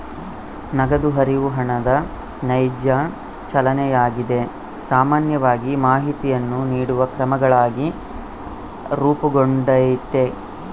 ನಗದು ಹರಿವು ಹಣದ ನೈಜ ಚಲನೆಯಾಗಿದೆ ಸಾಮಾನ್ಯವಾಗಿ ಮಾಹಿತಿಯನ್ನು ನೀಡುವ ಕ್ರಮಗಳಾಗಿ ರೂಪುಗೊಂಡೈತಿ